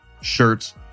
shirts